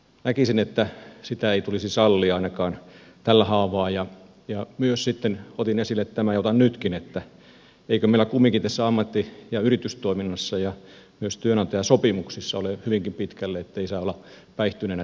näkisin että sitä ei tulisi sallia ainakaan tällä haavaa ja myös sitten otin esille tämän ja otan nytkin eikö meillä kumminkin tässä ammatti ja yritystoiminnassa ja myös työnantajasopimuksissa ole hyvinkin pitkälle ettei saa olla päihtyneenä työpaikalla